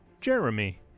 Jeremy